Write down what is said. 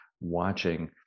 watching